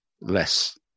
less